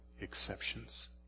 exceptions